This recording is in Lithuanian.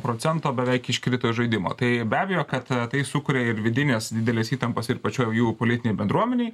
procento beveik iškrito iš žaidimo tai be abejo kad tai sukuria ir vidines dideles įtampas ir pačioj jų politinėj bendruomenėj